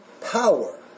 power